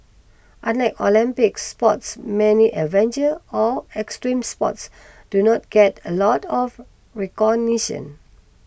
unlike Olympic sports many adventure or extreme sports do not get a lot of recognition